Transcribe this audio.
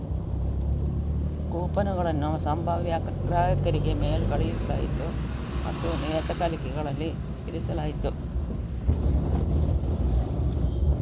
ಕೂಪನುಗಳನ್ನು ಸಂಭಾವ್ಯ ಗ್ರಾಹಕರಿಗೆ ಮೇಲ್ ಕಳುಹಿಸಲಾಯಿತು ಮತ್ತು ನಿಯತಕಾಲಿಕೆಗಳಲ್ಲಿ ಇರಿಸಲಾಯಿತು